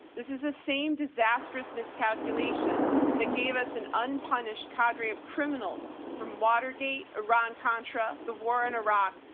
this is the same disastrous miscalculation that gave us an unpunished cadre of criminals from watergate, iran contra, the war in iraq,